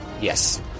Yes